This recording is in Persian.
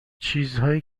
چیزهایی